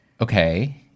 okay